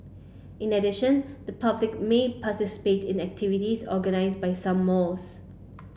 in addition the public may participate in activities organize by some malls